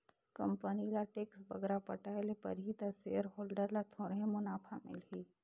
company ल tax बगरा पटाए ले परही ता सेयर होल्डर ल थोरहें मुनाफा मिलही